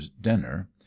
dinner